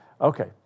Okay